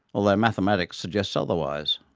although mathematics suggests otherwise.